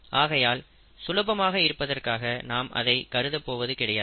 ஆகையால் சுலபமாக இருப்பதற்காக நாம் அதை கருத போவது கிடையாது